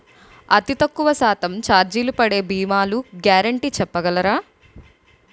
అతి తక్కువ శాతం ఛార్జీలు పడే భీమాలు గ్యారంటీ చెప్పగలరా?